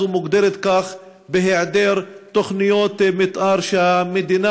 מוגדרת כך בהיעדר תוכניות מתאר שהמדינה,